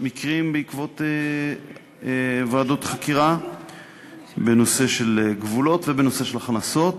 מקרים בעקבות ועדות חקירה בנושא של גבולות ובנושא של הכנסות,